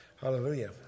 Hallelujah